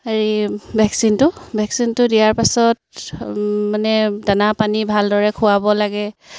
হেৰি ভেকচিনটো ভেকচিনটো দিয়াৰ পাছত মানে দানা পানী ভালদৰে খোৱাব লাগে